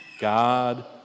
God